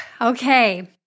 okay